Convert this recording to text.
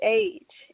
age